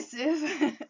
aggressive